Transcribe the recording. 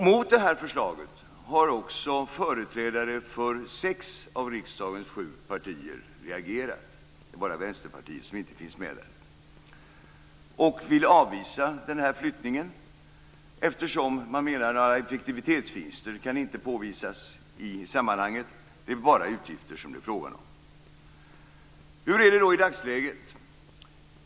Mot detta förslag har också företrädare för sex av riksdagens sju partier reagerat. Det är bara Vänsterpartiet som inte är med om det. De vill avvisa flyttningen eftersom man menar att effektivitetsvinster inte kan påvisas i sammanhanget och det bara är fråga om utgifter. Hur är det då i dagsläget?